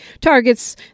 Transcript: targets